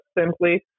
simply